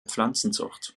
pflanzenzucht